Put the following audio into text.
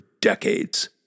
decades